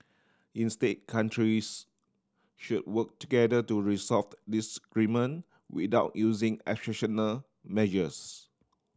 instead countries should work together to resolved disagreement without using exceptional measures